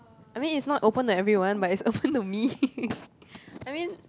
I mean it's not open to everyone but is open to me I mean